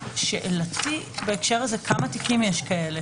השאלה שלי בהקשר הזה היא כמה תיקים כאלה